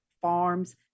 farms